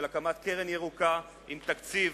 של הקמת קרן ירוקה, עם תקציב,